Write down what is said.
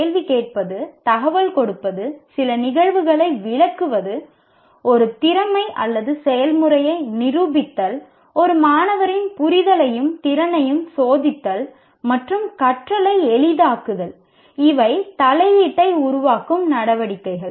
கேள்வி கேட்பது கேட்பது தகவல் கொடுப்பது சில நிகழ்வுகளை விளக்குவது ஒரு திறமை அல்லது செயல்முறையை நிரூபித்தல் ஒரு மாணவரின் புரிதலையும் திறனையும் சோதித்தல் மற்றும் கற்றலை எளிதாக்குதல் இவை தலையீட்டை உருவாக்கும் நடவடிக்கைகள்